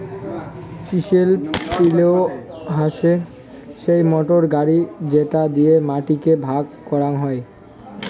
chisel পিলও হসে সেই মোটর গাড়ি যেটো দিয়ে মাটি কে ভাগ করাং হই